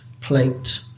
plate